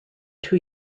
two